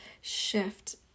shift